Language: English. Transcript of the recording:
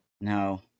No